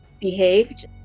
behaved